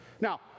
Now